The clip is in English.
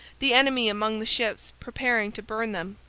the enemy among the ships preparing to burn them,